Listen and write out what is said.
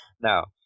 Now